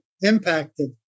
impacted